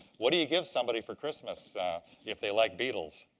what do you give somebody for christmas if they like beetles?